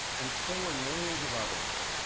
and so were millions of others.